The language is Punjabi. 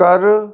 ਕਰ